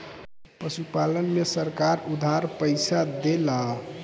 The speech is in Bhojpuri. पशुपालन में सरकार उधार पइसा देला?